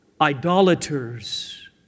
idolaters